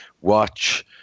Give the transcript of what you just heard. watch